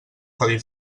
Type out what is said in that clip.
codi